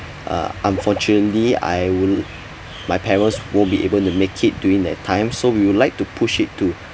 uh unfortunately I would my parents won't be able to make it during that time so we would like to push it to